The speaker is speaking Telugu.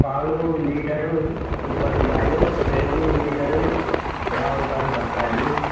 పాలు లీటరు ముప్పై రూపాయలు పెరుగు లీటరు యాభై రూపాయలు పడతాయండి